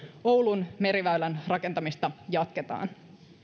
oulun meriväylän rakentamista jatketaan